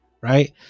right